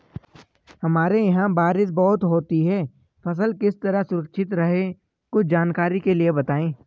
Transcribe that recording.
हमारे यहाँ बारिश बहुत होती है फसल किस तरह सुरक्षित रहे कुछ जानकारी के लिए बताएँ?